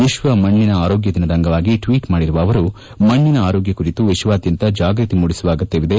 ವಿಶ್ವ ಮಣ್ಣಿನ ಆರೋಗ್ಯ ದಿನದ ಅಂಗವಾಗಿ ಟ್ವೀಟ್ ಮಾಡಿರುವ ಅವರು ಮಣ್ಣಿನ ಆರೋಗ್ಯ ಕುರಿತು ವಿಶ್ವಾದ್ಯಂತ ಜಾಗೃತಿ ಮೂಡಿಸುವ ಅಗತ್ಯವಿದೆ